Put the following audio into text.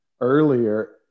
earlier